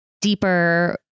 deeper